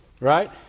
Right